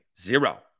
zero